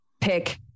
pick